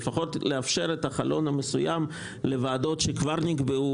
לפחות לאפשר את החלון המסוים לוועדות שכבר נקבעו,